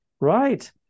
right